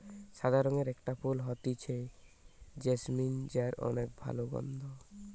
সাদা রঙের একটা ফুল হতিছে জেসমিন যার অনেক ভালা গন্ধ